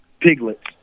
piglets